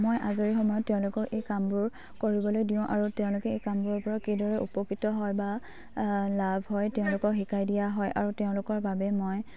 মই আজৰি সময়ত তেওঁলোকৰ এই কামবোৰ কৰিবলৈ দিওঁ আৰু তেওঁলোকে এই কামবোৰৰ পৰা কেইদৰে উপকৃত হয় বা লাভ হয় তেওঁলোকক শিকাই দিয়া হয় আৰু তেওঁলোকৰ বাবে মই